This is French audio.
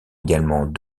également